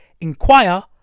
inquire